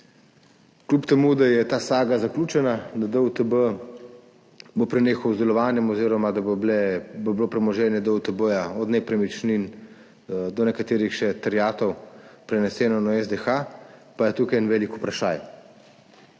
Kljub temu, da je ta saga zaključena, da bo DUTB prenehal z delovanjem oziroma da bo premoženje DUTB, od nepremičnin do še nekaterih terjatev, preneseno na SDH, pa je tukaj en velik vprašaj: